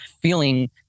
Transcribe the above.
feeling